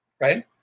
Right